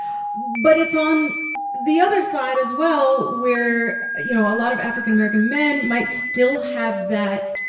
but it's on the other side as well, where, you know, a lot of african-american men might still have that